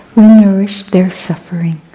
nourish their suffering.